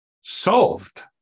Solved